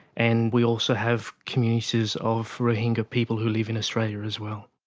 and we also have communities of rohingya people who live in australia as well.